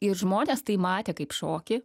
ir žmonės tai matė kaip šokį